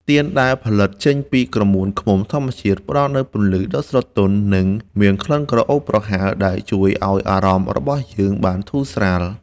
ទៀនដែលផលិតចេញពីក្រមួនឃ្មុំធម្មជាតិ ផ្ដល់នូវពន្លឺដ៏ស្រទន់ និង មានក្លិនក្រអូបប្រហើរដែលជួយឱ្យអារម្មណ៍របស់យើងបានធូរស្រាល។